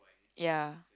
ya